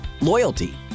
loyalty